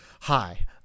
hi